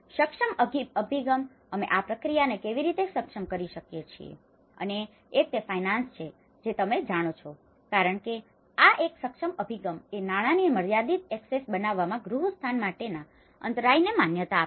સક્ષમ અભિગમ અમે આ પ્રક્રિયાને કેવી રીતે સક્ષમ કરી શકીએ છીએ અને એક તે ફાઇનાન્સ છે જે તમે જાણો છો કારણ કે આ એક સક્ષમ અભિગમ એ નાણાની મર્યાદિત એક્સેસ બનાવવામાં ગૃહસ્થાન માટેના અંતરાયને માન્યતા આપે છે